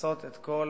לכסות את כל